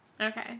Okay